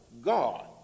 God